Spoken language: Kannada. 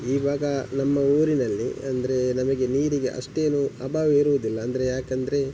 ಇವಾಗ ನಮ್ಮ ಊರಿನಲ್ಲಿ ಅಂದರೆ ನಮಗೆ ನೀರಿಗೆ ಅಷ್ಟೇನೂ ಅಭಾವ ಇರುವುದಿಲ್ಲ ಅಂದರೆ ಯಾಕೆಂದರೆ